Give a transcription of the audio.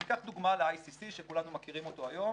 אני אקח דוגמה את ה-ICC, שכולנו מכירים אותו היום.